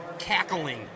cackling